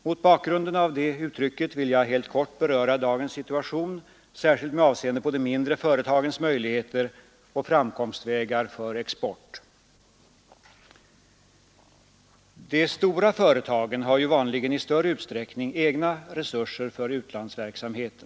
Mot bakgrunden av det uttrycket vill jag helt kort beröra dagens situation, särskilt med avseende på de mindre företagens möjligheter och framkomstvägar för export. De stora företagen har vanligen i större utsträckning egna resurser för utlandsverksamheten.